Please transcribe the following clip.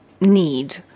need